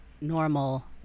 normal